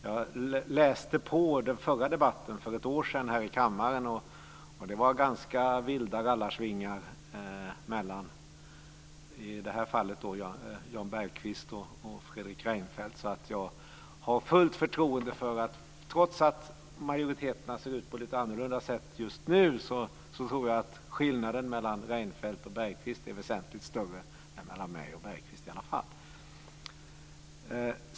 Jag läste på den förra debatten för ett år sedan här i kammaren, och det var ganska vilda rallarsvingar mellan i det här fallet Jan Bergqvist och Fredrik Reinfeldt. Trots att majoriteterna ser ut på lite annorlunda sett just nu tror jag att skillnaden mellan Reinfeldt och Bergqvist är väsentligt större än mellan mig och Bergkvist i alla fall.